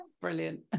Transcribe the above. Brilliant